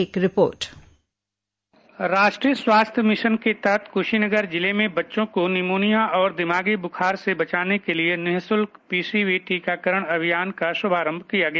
एक report dispatch राष्ट्रीय स्वास्थ्य मिशन के तहत कुशीनगर जिले में बच्चों को निमोनिया और दिमागी बुखार से बचाने के लिए निःशुल्क पीसीवी टीकाकरण अभियान का शुभारंभ किया गया